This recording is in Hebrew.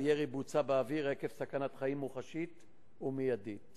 הירי בוצע באוויר עקב סכנת חיים מוחשית ומיידית